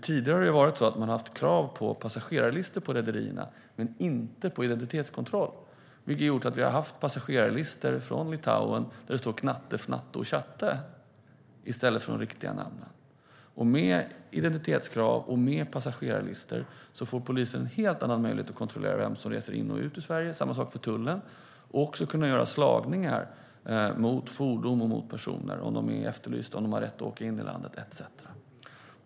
Tidigare har det varit så att man har haft krav på passagerarlistor på rederierna men inte på identitetskontroll. Det har gjort att vi har haft passagerarlistor från Litauen där det stått Knatte, Fnatte och Tjatte i stället för de riktiga namnen. Med identitetskrav och passagerarlistor får polisen en helt annan möjlighet att kontrollera vem som reser in och ut i Sverige. Samma sak för tullen. De kan också göra slagningar mot fordon och personer och se om de är efterlysta, har rätt att åka in i landet etcetera.